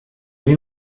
oui